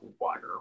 water